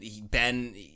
Ben